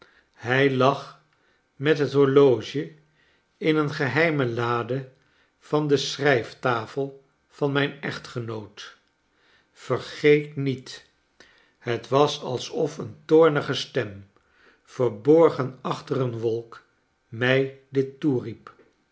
hij lag met het horloge in een geheime lade van de schrijf tafel van mijn echtgenoot vergeet niet het was alsof een toornige stem verborgen achter een wolk mij dit